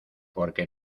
porque